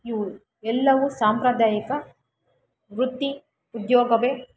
ಇವು ಎಲ್ಲವೂ ಸಾಂಪ್ರದಾಯಿಕ ವೃತ್ತಿ ಉದ್ಯೋಗವೇ